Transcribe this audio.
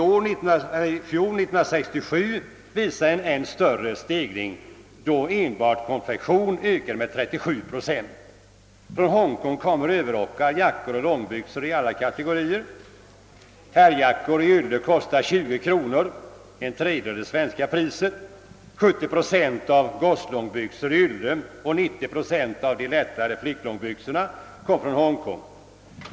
År 1967 visar en ännu större stegring, då enbart konfektionen ökade med 37 procent. Från Hongkong kommer Överrockar, jackor och långbyxor av alla kategorier. Herrjackor i ylle kostar 20 kronor — en tredjedel av det svenska priset. 70 procent av gosslångbyxorna i ylle och 90 procent av lättare flicklångbyxor kom från Hongkong.